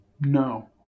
No